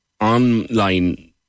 online